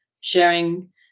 sharing